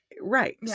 Right